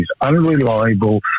unreliable